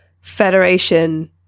federation